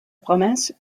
promesse